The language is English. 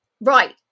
Right